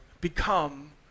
become